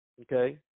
Okay